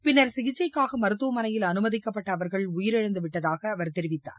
பின்னர் சிகிச்சைக்காக மருத்துவமளையில் அனுமதிக்கப்பட்ட அவர்கள் உயிரிழந்து விட்டதாக அவர் தெரிவித்தார்